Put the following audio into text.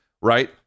right